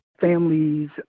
Families